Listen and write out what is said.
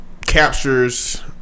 captures